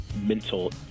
mental